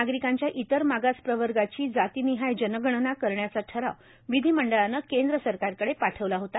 नागरिकांच्या इतर मागासप्रवर्गाची जातीनिहाय जनगणना करण्याचा ठराव विधीमंडळानं केंद्र सरकारकडे पाठवला होता